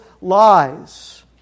lies